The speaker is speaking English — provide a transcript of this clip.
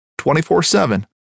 24-7